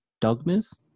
dogmas